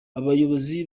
abayobozi